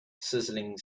sizzling